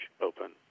open